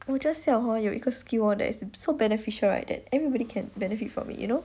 我 just 要 hor 有一个 skill hor that is so beneficial that everybody can benefit from it you know